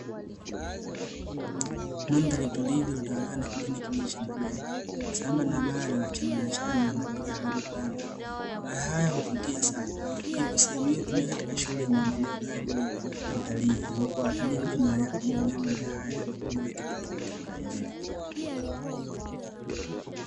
Mandhari tulivu iliyotawaliwa na kijani kibichi cha majani, sambamba na mawe yalilyo achana achana na mengine yamebebana. Mawe haya huvutia sana, hivyo sehemu hiyo hutumika katika shughuli ya maendeleo kama vile utalii ambapo watalii huja mahali hapa kujionea mawe haya, nakuongeza kipato katika taifa .